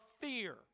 fear